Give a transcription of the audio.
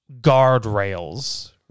guardrails